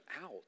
out